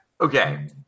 okay